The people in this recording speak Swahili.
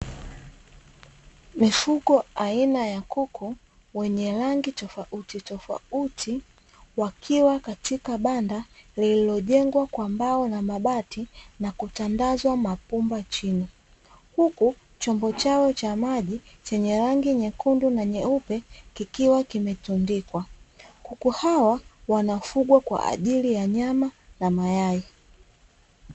Mifugo aina ya kuku, wenye rangi tofautitofauti wakiwa katika banda lililojengwa kwa mbao na mabati na kutandazwa mapumba chini, huku chombo chao cha maji chenye rangi nyekundu na nyeupe, kikiwa kimetundikwa. Kuku hawa wanafugwa kwa ajili ya nyama na mayai.